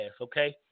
Okay